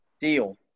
Deal